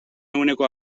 ehuneko